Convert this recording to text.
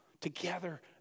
Together